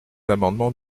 amendement